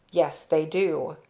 yes, they do.